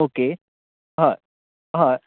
okay हय हय